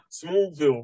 Smallville